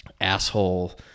asshole